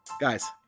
Guys